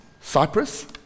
Cyprus